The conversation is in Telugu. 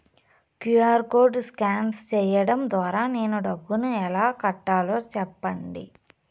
క్యు.ఆర్ కోడ్ స్కాన్ సేయడం ద్వారా నేను డబ్బును ఎలా కట్టాలో సెప్పండి?